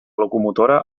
locomotora